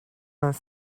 vingt